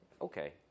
Okay